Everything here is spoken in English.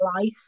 life